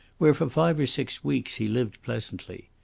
where for five or six weeks he lived pleasantly.